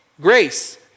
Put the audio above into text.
grace